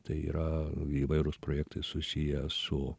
tai yra įvairūs projektai susiję su